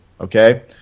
okay